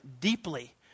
deeply